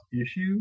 issue